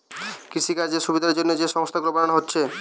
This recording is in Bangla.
কৃষিকাজের সুবিধার জন্যে যে সংস্থা গুলো বানানা হচ্ছে